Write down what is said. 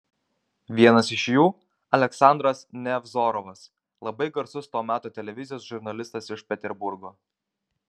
vienas iš jų aleksandras nevzorovas labai garsus to meto televizijos žurnalistas iš peterburgo